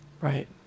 Right